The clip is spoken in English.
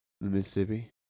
Mississippi